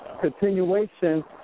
continuation